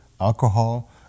alcohol